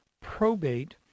probate